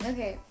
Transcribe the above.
Okay